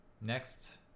next